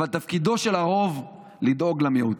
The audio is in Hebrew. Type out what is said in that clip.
אבל תפקידו של הרוב לדאוג למיעוט.